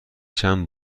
چند